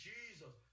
Jesus